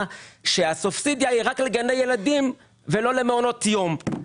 שהסובסידיה היא רק לגני ילדים ולא למעונות יום.